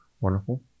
wonderful